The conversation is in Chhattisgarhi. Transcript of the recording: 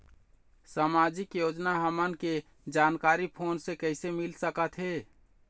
सामाजिक योजना हमन के जानकारी फोन से कइसे मिल सकत हे?